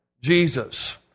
Jesus